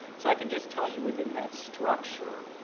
so i can just tell you within that structure,